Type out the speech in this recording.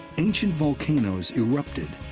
ancient volcanoes erupted,